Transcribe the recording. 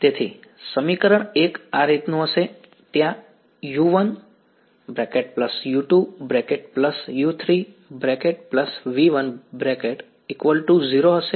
તેથી સમીકરણ 1 આ રીતનું હશે ત્યાં u1 u2 u3 v1 0 હશે